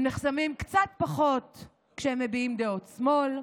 הם נחסמים קצת פחות כשהם מביעים דעות שמאל.